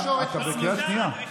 אתה בקריאה שנייה.